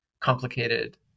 complicated